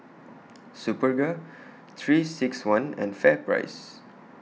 Superga three six one and FairPrice